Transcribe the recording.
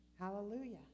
Hallelujah